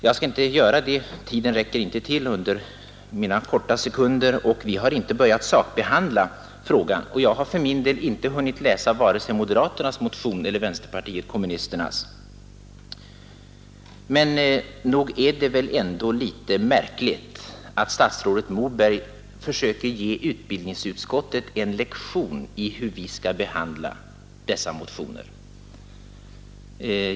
Jag skall inte göra det. Mina korta sekunder för den här repliken räcker inte, och vi har inte i utskottet börjat sakbehandla frågan och jag har inte själv ens hunnit läsa vare sig moderaternas motion eller vänsterpartiet kommunisternas. Men nog är det litet märkligt att statsrådet Moberg försöker ge utbildningsutskottet en lektion i hur vi skall behandla dessa motioner.